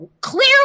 clearly